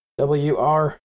Wr